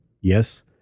yes